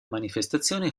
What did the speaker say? manifestazione